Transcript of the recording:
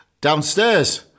downstairs